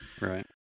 Right